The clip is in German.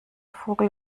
vogel